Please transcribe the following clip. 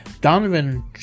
Donovan